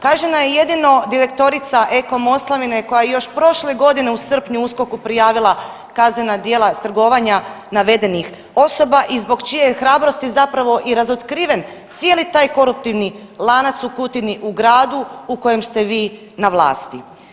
Kažnjena je jedino direktorica Eko Moslavine koja je još prošle godine u srpnju USKOK-u prijavila kaznena djela trgovanja navedenih osoba i zbog čije je hrabrosti zapravo i razotkriven cijeli taj koruptivni lanac u Kutini, u gradu u kojem ste vi na vlasti.